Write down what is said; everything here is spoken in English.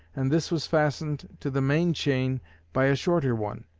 and this was fastened to the main chain by a shorter one,